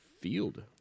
field